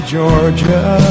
Georgia